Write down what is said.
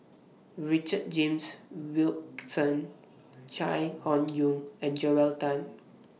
Richard James Wilkinson Chai Hon Yoong and Joel Tan